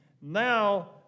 Now